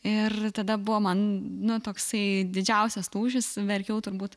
ir tada buvo man nu toksai didžiausias lūžis verkiau turbūt